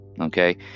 Okay